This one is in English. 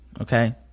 okay